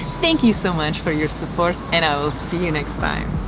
thank you so much for your support and i'll see you next time.